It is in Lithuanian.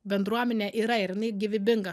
bendruomenė yra ir jinai gyvybinga